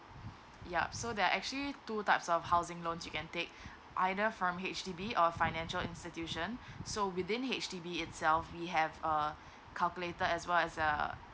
yup so there are actually two types of housing loans you can take either from H_D_B or financial institution so within H_D_B itself we have err calculated as well as uh